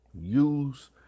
Use